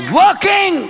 working